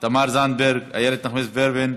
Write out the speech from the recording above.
תמר זנדברג, איילת נחמיאס ורבין,